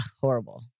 horrible